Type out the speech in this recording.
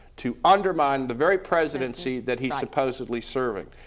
to undermine the very presidency that he's supposedly serving.